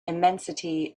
immensity